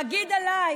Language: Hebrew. להגיד עליי